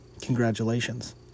Congratulations